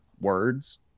words